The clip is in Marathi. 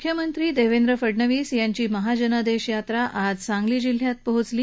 मुख्यमंत्री देवेंद्र फडणवीस यांची महाजनादेश यात्रा आज सांगली जिल्ह्यात पोहोचली